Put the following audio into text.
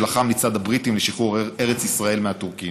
שלחם לצד הבריטים לשחרור ארץ ישראל מהטורקים.